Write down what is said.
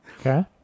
Okay